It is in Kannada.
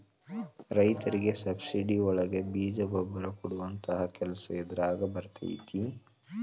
ರೈತರಿಗೆ ಸಬ್ಸಿಡಿ ಒಳಗೆ ಬೇಜ ಗೊಬ್ಬರ ಕೊಡುವಂತಹ ಕೆಲಸ ಇದಾರಗ ಬರತೈತಿ